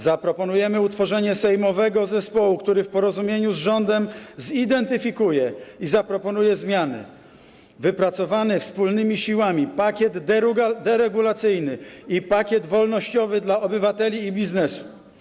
Zaproponujemy utworzenie sejmowego zespołu, który w porozumieniu z rządem zidentyfikuje i zaproponuje zmiany: wypracowany wspólnymi siłami pakiet deregulacyjny i pakiet wolnościowy dla obywateli i biznesu.